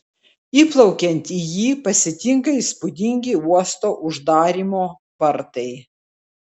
įplaukiant į jį pasitinka įspūdingi uosto uždarymo vartai